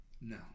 No